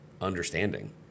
understanding